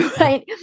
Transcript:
right